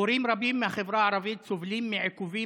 הורים רבים מהחברה הערבית סובלים מעיכובים